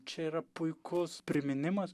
čia yra puikus priminimas